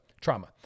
trauma